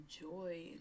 joy